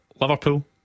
Liverpool